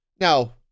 Now